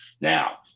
Now